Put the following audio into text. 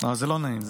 מלך, זה לא נעים.